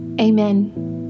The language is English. Amen